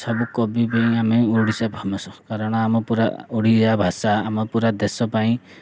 ସବୁ କବି ପାଇଁ ଆମେ ଓଡ଼ିଶା ଫେମସ୍ କାରଣ ଆମ ପୁରା ଓଡ଼ିଆ ଭାଷା ଆମ ପୁରା ଦେଶ ପାଇଁ